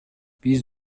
биз